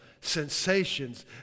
sensations